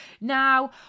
now